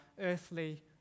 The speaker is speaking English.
earthly